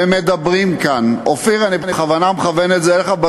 ומדברים כאן, אופיר, אני בכוונה מכוון את זה אליך.